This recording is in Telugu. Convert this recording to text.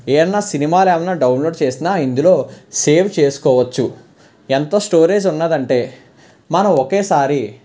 ఏవన్న సినిమాలేమన్న డౌన్లోడ్ చేసిన ఇందులో సేవ్ చేసుకొవచ్చు ఎంత స్టోరేజ్ ఉన్నదంటే మనం ఒకేసారి